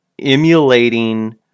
emulating